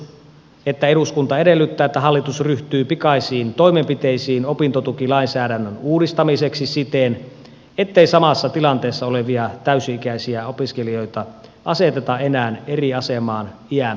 eduskunta edellyttää että hallitus ryhtyy pikaisiin toimenpiteisiin opintotukilainsäädännön uudistamiseksi siten ettei samassa tilanteessa olevia täysi ikäisiä opiskelijoita aseteta enää eri asemaan iän perusteella